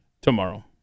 tomorrow